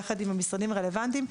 יחד עם המשרדים הרלוונטיים.